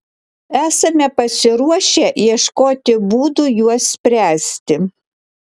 esame pasiruošę ieškoti būdų juos spręsti